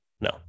no